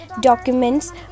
documents